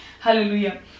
hallelujah